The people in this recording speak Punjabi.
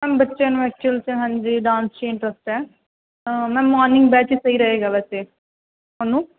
ਮੈਮ ਬੱਚਿਆਂ ਨੂੰ ਐਕਚੁਅਲ 'ਚ ਹਾਂਜੀ ਡਾਂਸ 'ਚ ਇੰਟਰਸਟ ਹੈ ਮੈਮ ਮੋਰਨਿੰਗ ਬੈਚ ਹੀ ਸਹੀ ਰਹੇਗਾ ਵੈਸੇ ਤੁਹਾਨੂੰ